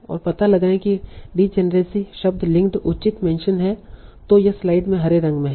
और पता लगाएं की डीजेनेरसी शब्द लिंक्ड उचित मेंशन है तों यह स्लाइड में हरे रंग में है